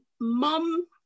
mum